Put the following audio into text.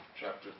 chapter